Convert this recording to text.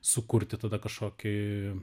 sukurti tada kažkokį